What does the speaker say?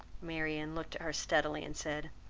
marianne looked at her steadily, and said,